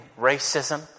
racism